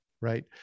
right